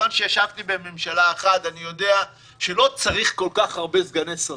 מכיוון שישבתי בממשלה אחת אני יודע שלא צריך כל כך הרבה סגני שרים.